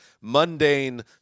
mundane